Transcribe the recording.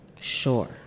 Sure